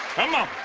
come on!